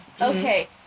Okay